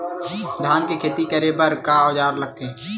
धान के खेती करे बर का औजार लगथे?